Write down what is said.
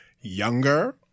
younger